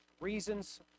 reasons